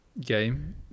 game